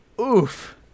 oof